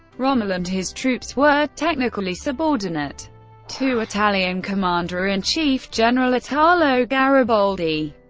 rommel and his troops were technically subordinate to italian commander-in-chief general italo gariboldi.